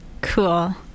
Cool